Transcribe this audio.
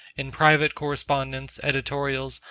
in private correspondence, editorials,